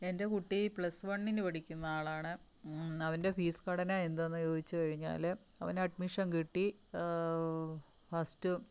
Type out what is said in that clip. എൻ്റെ കുട്ടി പ്ലസ് വണ്ണിന് പഠിക്കുന്ന ആളാണ് അവൻ്റെ ഫീസ് കടന എന്തെന്ന് ചോദിച്ച് കഴിഞ്ഞാല് അവന് അഡ്മിഷൻ കിട്ടി ഫസ്റ്റ്